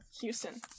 Houston